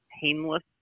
painless